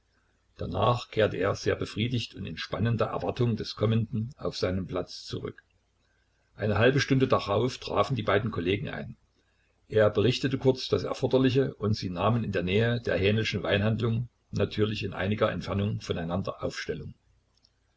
danach kehrte er sehr befriedigt und in spannender erwartung des kommenden auf seinen platz zurück eine halbe stunde darauf trafen die beiden kollegen ein er berichtete kurz das erforderliche und sie nahmen in der nähe der haenelschen weinhandlung natürlich in einiger entfernung von einander aufstellung